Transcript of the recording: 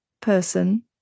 person